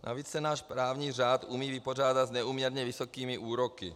Navíc se náš právní řád umí vypořádat s neúměrně vysokými úroky.